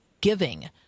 giving